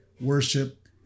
worship